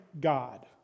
God